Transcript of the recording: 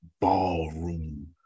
ballroom